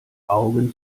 augen